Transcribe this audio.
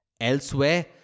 Elsewhere